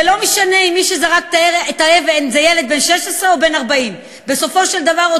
לא משנה אם מי שזרק את האבן זה ילד בן 16 או בן 40. בסופו של דבר,